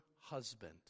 husband